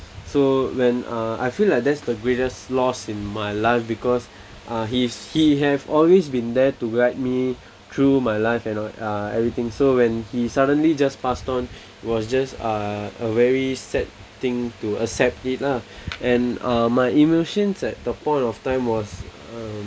so when uh I feel like that's the greatest loss in my life because uh he's he have always been there to guide me through my life you know uh everything so when he suddenly just passed on it was just uh a very sad thing to accept it lah and um my emotions at the point of time was um